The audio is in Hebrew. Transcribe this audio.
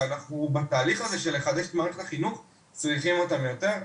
ואנחנו בתהליך הזה של לחדש את מערכת החינוך צריכים אותם יותר.